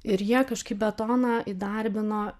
ir jie kažkaip betoną įdarbino